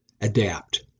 adapt